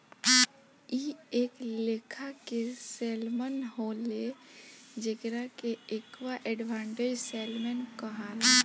इ एक लेखा के सैल्मन होले जेकरा के एक्वा एडवांटेज सैल्मन कहाला